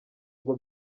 ngo